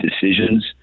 decisions